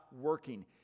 working